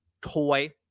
toy